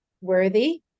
Worthy